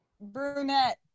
Brunette